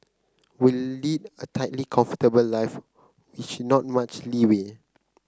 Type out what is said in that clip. we lead a tightly comfortable life not much leeway